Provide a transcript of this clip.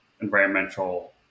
environmental